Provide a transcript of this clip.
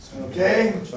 Okay